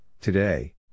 Today